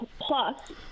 Plus